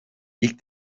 i̇lk